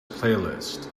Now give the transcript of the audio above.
playlist